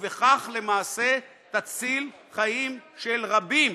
ובכך למעשה תציל חיים של רבים.